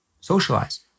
socialize